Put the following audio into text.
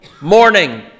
morning